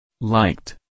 liked